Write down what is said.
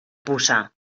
puça